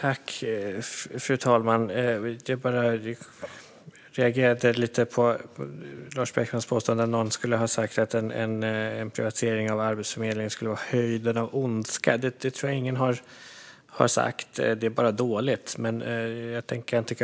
Fru talman! Jag reagerade på Lars Beckmans påstående att någon skulle ha sagt att en privatisering av Arbetsförmedlingen skulle vara höjden av ondska. Det tror jag inte att någon har sagt. Det är bara dåligt.